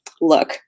look